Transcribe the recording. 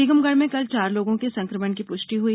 टीकमगढ़ में कल चार लोगों में संकमण की पुष्टि हुई